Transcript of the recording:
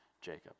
Jacob